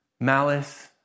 Malice